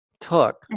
took